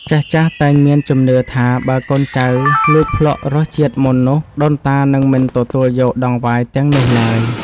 ចាស់ៗតែងមានជំនឿថា បើកូនចៅលួចភ្លក្សរសជាតិមុននោះដូនតានឹងមិនទទួលយកដង្វាយទាំងនោះឡើយ។